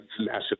massive